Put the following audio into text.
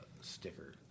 sticker